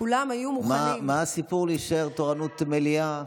כולם היו מוכנים, מה הסיפור להישאר תורנות מליאה?